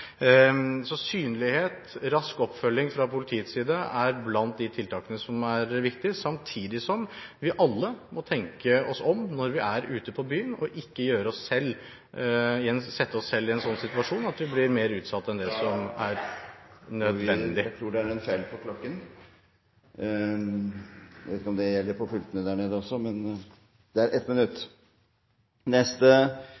Synlighet og rask oppfølging fra politiets side er blant de tiltakene som er viktige, samtidig som vi alle må tenke oss om når vi er ute på byen og ikke sette oss selv i en sånn situasjon at vi blir mer utsatt enn det som er nødvendig. Kari Henriksen – til oppfølgingsspørsmål. Jeg vil følge opp noe knyttet til den ransbølgen vi har sett de siste ukene. Vi mener det er